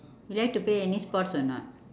you like to play any sports or not